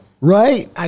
Right